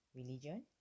religion